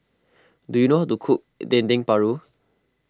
do you know how to cook Dendeng Paru